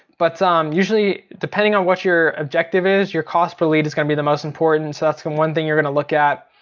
but um usually, depending on what your objective is, your cost per lead is gonna be the most important. so that's the one thing you're gonna look at.